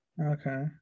Okay